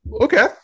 Okay